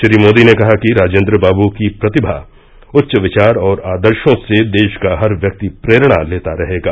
श्री मोदी ने कहा कि राजेन्द्र बाबू की प्रतिमा उच्च विचार और आदर्शों से देश का हर व्यक्ति प्रेरणा लेता रहेगा